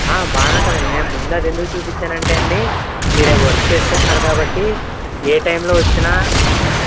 బాగా ఉంటుందండి ముందు అది ఎందుకు చూపించానంటే అండి మీరు వర్క్ చేసుకుంటున్నారు కాబట్టి ఏ టైంలో వచ్చిన